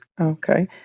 Okay